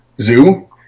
zoo